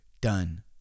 Done